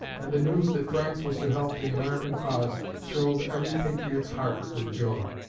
and the news that france was to help the american cause thrilled every patriot's heart with joy.